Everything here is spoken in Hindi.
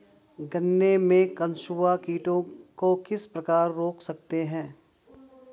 गन्ने में कंसुआ कीटों को किस प्रकार रोक सकते हैं?